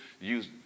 use